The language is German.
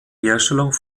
herstellung